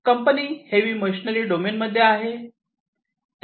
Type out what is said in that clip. company heavy machinery domain मध्ये आहे